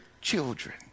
children